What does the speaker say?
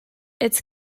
its